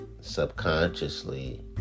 subconsciously